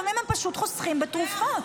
לפעמים הם פשוט חוסכים בתרופות.